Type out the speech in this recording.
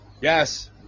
Yes